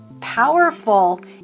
powerful